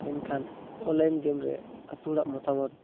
ᱢᱮᱱᱠᱷᱟᱱ ᱚᱱᱞᱟᱭᱤᱱ ᱜᱮᱢᱨᱮ ᱟᱹᱛᱩ ᱦᱚᱲᱟᱜ ᱢᱚᱛᱟᱢᱚᱛ